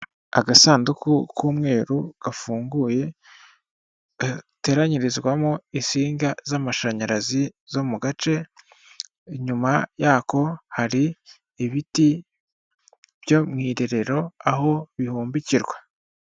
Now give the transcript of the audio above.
Agasanduku k'umweru gafunguye, gateranyirizwamo insinga z'amashanyarazi zo mu gace, inyuma yako hari ibiti byo mu irerero, aho bihumbikirwa.